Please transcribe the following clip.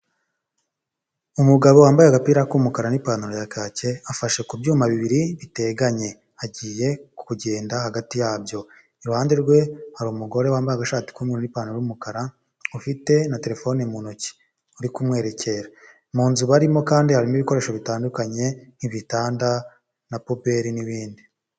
Umugabo wambaye agapira k'umukara n'ipantalo ya kake afashe ku byuma bibiri biteganye agiye kugenda hagati yabyo, iruhande rwe hari umugore wambaye agashati k'umweru n'ipantalo y'umukara ufite na telefone mu ntoki uri kumwerekera, mu nzu barimo kandi harimo ibikoresho bitandukanye nk'ibitanda na puberi n'ibindi.